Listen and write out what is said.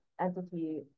entity